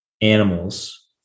animals